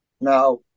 Now